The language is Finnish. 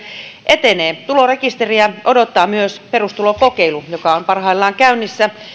etenee tulorekisteriä odottaa myös perustulokokeilu joka on parhaillaan käynnissä